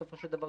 בסופו של דבר,